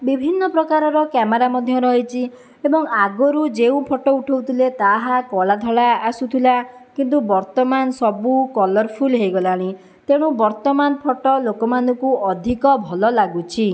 ବିଭିନ୍ନପ୍ରକାରର କ୍ୟାମେରା ମଧ୍ୟ ରହିଛି ଏବଂ ଆଗରୁ ଯେଉଁ ଫଟୋ ଉଠଉଥିଲେ ତାହା କଳା ଧଳା ଆସୁଥିଲା କିନ୍ତୁ ବର୍ତ୍ତମାନ ସବୁ କଲରଫୁଲ୍ ହେଇଗଲାଣି ତେଣୁ ବର୍ତ୍ତମାନ ଫଟୋ ଲୋକମାନଙ୍କୁ ଅଧିକ ଭଲ ଲାଗୁଛି